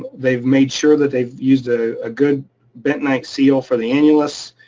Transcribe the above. they've made sure that they've used ah a good bentonite seal for the annulus,